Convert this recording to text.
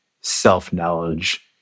self-knowledge